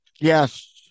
yes